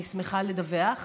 אני שמחה לדווח,